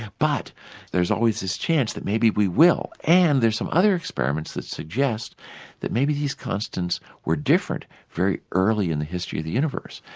but there's always this chance that maybe we will, and there's some other experiments that suggest that maybe these constants were different very early in the history of the universe.